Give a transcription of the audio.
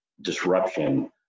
disruption